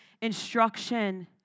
instruction